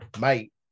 Mate